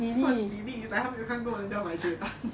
算几粒 is like 他们没有看过人买铁蛋